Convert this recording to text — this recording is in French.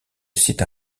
site